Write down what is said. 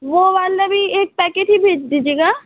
वह वाला भी एक पैकिट ही भेज दीजिएगा